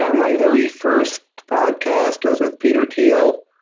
ah my very first podcast was with peter thiel.